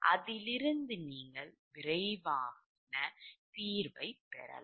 அதிலிருந்து நீங்கள் விரைவான தீர்வை பெறலாம்